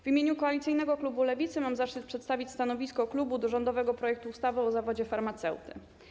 W imieniu koalicyjnego klubu Lewicy mam zaszczyt przedstawić stanowisko klubu odnośnie do rządowego projektu ustawy o zawodzie farmaceuty.